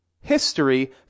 history